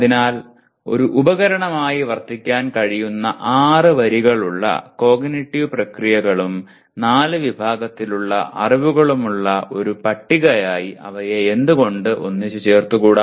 അതിനാൽ ഒരു ഉപകരണമായി വർത്തിക്കാൻ കഴിയുന്ന ആറ് വരികളുള്ള കോഗ്നിറ്റീവ് പ്രക്രിയകളും നാല് വിഭാഗത്തിലുള്ള അറിവുകളുമുള്ള ഒരു പട്ടികയായി അവയെ എന്തുകൊണ്ട് ഒന്നിച്ച് ചേർത്തുകൂട